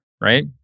right